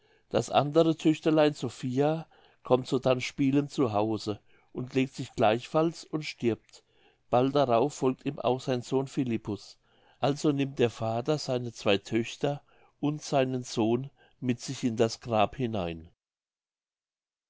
das andere töchterlein sophia kommt sodann spielend zu hause und legt sich gleichfalls und stirbt bald darauf folgt ihm auch sein sohn philippus also nimmt der vater seine zwei töchter und seinen sohn mit sich in das grab hinein